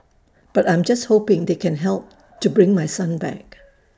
but I'm just hoping they can help to bring my son back